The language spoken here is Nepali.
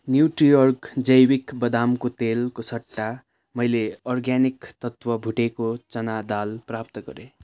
न्युट्रिअर्ग जैविक बदामको तेलको सट्टा मैले अर्ग्यानिक तत्त्व भुटेको चना दाल प्राप्त गरेँ